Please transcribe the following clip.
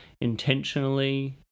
intentionally